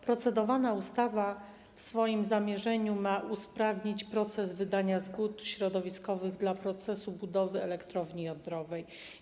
Procedowana ustawa w swoim zamierzeniu ma usprawnić proces wydania zgód środowiskowych w zakresie budowy elektrowni jądrowej.